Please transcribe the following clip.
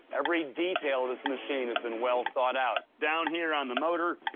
every detail of this machine has been well thought out. down here on the motor,